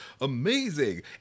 amazing